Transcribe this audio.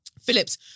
Phillips